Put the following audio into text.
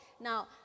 Now